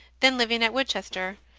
then living at woodchester.